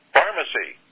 Pharmacy